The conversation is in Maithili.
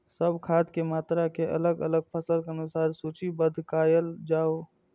सब खाद के मात्रा के अलग अलग फसल के अनुसार सूचीबद्ध कायल जाओ?